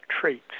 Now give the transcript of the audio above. traits